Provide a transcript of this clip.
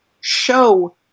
show